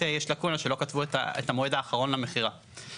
לקונה כי לא כתבו את המועד האחרון למכירה.